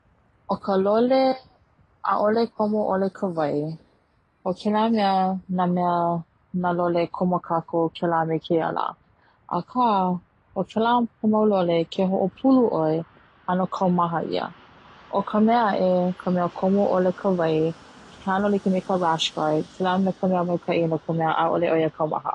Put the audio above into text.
ʻO ka lole 'a'ole komo 'ole ka wai kela na mea na lole komo kåkou kela me keia la aka o kela mau lole ke ho'opulu 'oe 'ano kaumaha ia, o ka mea a'e ka mea komo 'ole ka wai he 'ano like me ka rash guard kela ka mea maika'i 'a'ole 'oia kaumaha.